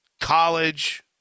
college